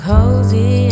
Cozy